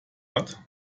hat